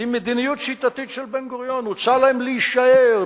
עם מדיניות שיטתית של בן-גוריון, הוצע להם להישאר.